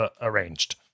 arranged